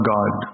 God